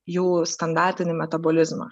jų standartinį metabolizmą